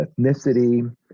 ethnicity